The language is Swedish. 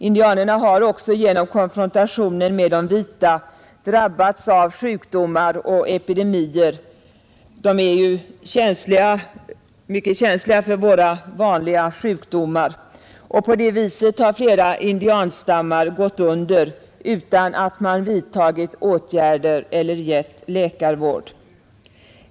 Indianerna har också genom konfrontationen med de vita drabbats av sjukdomar och epidemier. De är ju mycket känsliga för våra vanliga sjukdomar, På det viset har flera indianstammar gått under utan att man har vidtagit åtgärder eller givit läkarvård.